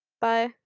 Bye